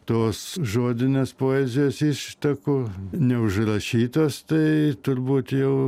tos žodinės poezijos ištakų neužrašytas tai turbūt jau